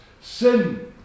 Sin